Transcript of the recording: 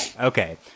okay